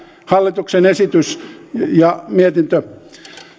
hallituksen esitys ja mietintö